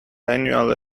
annual